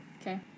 Okay